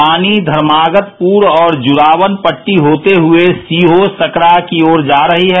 पानी धर्मागतपुर और जुड़ावनपट्टी होते हुए शिहो सकरा की ओर जा रही है